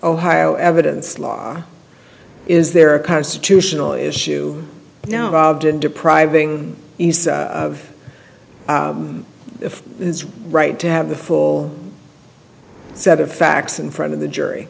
ohio evidence law is there a constitutional issue now robbed in depriving you of its right to have the full set of facts in front of the jury